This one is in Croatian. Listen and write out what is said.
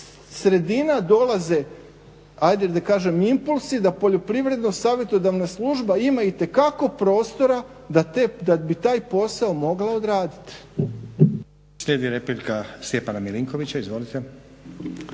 sredina dolaze ajde da kažem impulsi da Poljoprivredno savjetodavna služba ima itekako prostora da bi taj posao mogla odraditi.